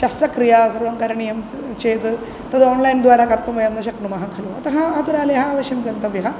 शास्त्रक्रिया सर्वं करणीयं चेद् तद् ओण्लैन् द्वारा कर्तुं वयं न शक्नुमः खलु अतः आतुरालयः अवश्यं गन्तव्यः